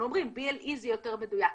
אנחנו אומרים: BLE זה יותר מדויק.